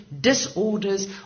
disorders